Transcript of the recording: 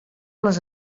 les